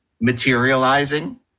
materializing